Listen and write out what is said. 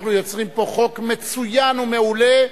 אנחנו יוצרים פה חוק מצוין ומעולה,